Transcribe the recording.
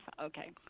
Okay